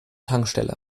tankstelle